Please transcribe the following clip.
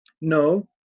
No